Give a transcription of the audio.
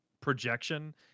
projection